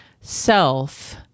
self